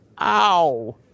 Ow